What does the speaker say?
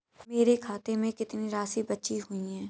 मेरे खाते में कितनी राशि बची हुई है?